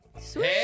Sweet